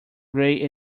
grey